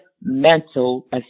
mental